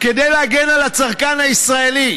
כדי להגן על הצרכן הישראלי,